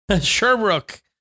Sherbrooke